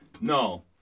No